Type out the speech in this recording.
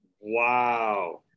wow